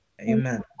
Amen